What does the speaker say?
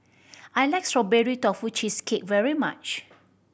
I like Strawberry Tofu Cheesecake very much